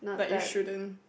like you shouldn't